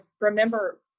remember